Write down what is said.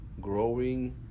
growing